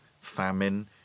famine